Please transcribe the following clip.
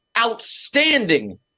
Outstanding